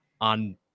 on